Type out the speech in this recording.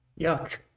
Yuck